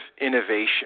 innovation